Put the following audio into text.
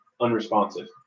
unresponsive